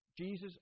Jesus